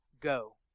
Go